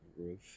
roof